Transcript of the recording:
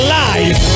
life